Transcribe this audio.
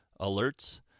alerts